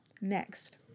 Next